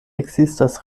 ekzistas